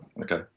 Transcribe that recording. okay